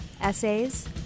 essays